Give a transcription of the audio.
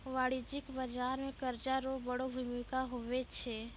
वाणिज्यिक बाजार मे कर्जा रो बड़ो भूमिका हुवै छै